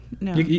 no